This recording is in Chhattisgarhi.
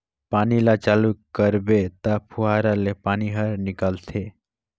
पानी ल चालू करबे त फुहारा ले पानी हर निकलथे